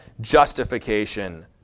justification